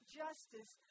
justice